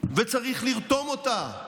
וצריך לרתום אותה.